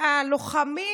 שהלוחמים